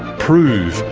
prove,